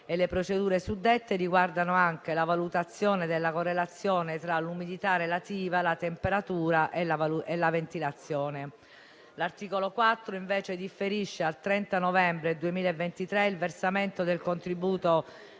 e le procedure suddette riguardano anche la valutazione della correlazione tra l'umidità relativa, la temperatura e la ventilazione. L'articolo 4 differisce al 30 novembre 2023 il versamento del contributo